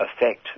affect